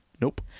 Nope